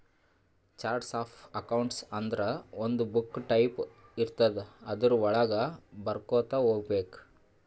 charts of accounts ಅಂದುರ್ ಒಂದು book type ಇರ್ತುದ್ ಅದುರ್ ವಳಾಗ ಬರ್ಕೊತಾ ಹೋಗ್ಬೇಕ್